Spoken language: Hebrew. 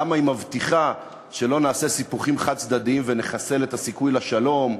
למה היא מבטיחה שלא נעשה סיפוחים חד-צדדיים ונחסל את הסיכוי לשלום,